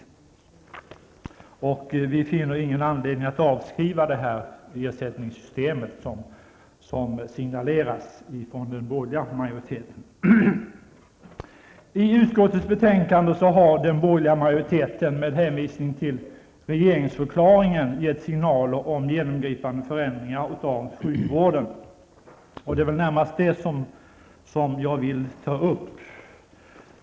Vi finner ingen anledning att avskriva det ersättningssystem som signaleras från den borgerliga majoriteten. I utskottets betänkanden har den borgerliga majoriteten med hänvisning till regeringsförklaringen gett signaler om genomgripande förändringar i sjukvården. Det är närmast detta som jag vill ta upp.